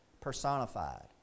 personified